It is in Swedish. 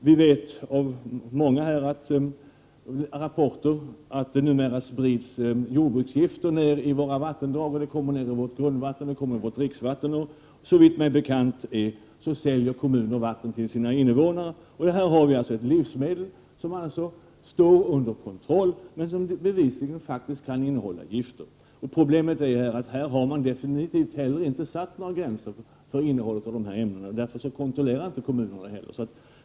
Vi vet av många rapporter att det numera sprids jordbruksgifter i våra vattendrag och att de kommer ned i vårt grundvatten och dricksvatten. Kommuner säljer vatten till sina invånare. Här är ett livsmedel som står under kontroll, men bevisligen kan innehålla gifter. Problemet är att man inte satt några gränser för detta giftinnehåll, och därför kontrollerar kommunerna inte heller detta.